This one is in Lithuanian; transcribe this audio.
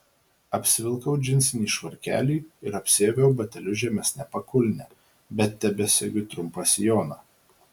apsivilkau džinsinį švarkelį ir apsiaviau batelius žemesne pakulne bet tebesegiu trumpą sijoną